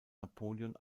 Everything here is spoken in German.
napoleon